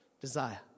desire